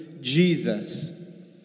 Jesus